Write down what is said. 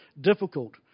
difficult